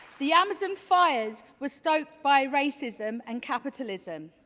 the amazon fires were stoked by racism and capitalism.